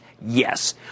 yes